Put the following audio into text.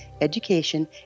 education